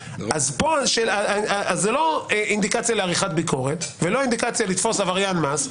אז זה לא אינדיקציה לעריכת ביקורת ולא אינדיקציה לתפוס עברין מס,